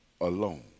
alone